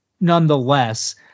nonetheless